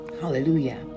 hallelujah